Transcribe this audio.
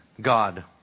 God